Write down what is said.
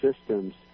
systems